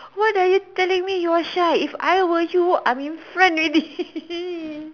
what are you telling me you're shy if I were you I'm in front already